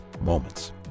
moments